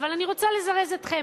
אבל אני רוצה לזרז אתכם,